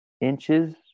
inches